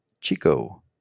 Chico